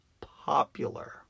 popular